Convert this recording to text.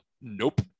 Nope